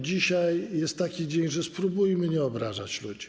Dzisiaj jest taki dzień, że spróbujmy nie obrażać ludzi.